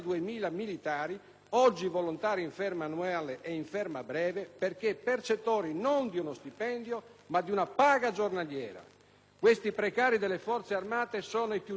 oggi volontari in ferma annuale e in ferma breve, perché percettori non di uno stipendio ma di una paga giornaliera. Questi "precari" delle Forze armate sono i più giovani in servizio